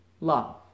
love